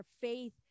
faith